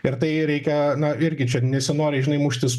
ir tai reikia na irgi čia nesinori žinai muštis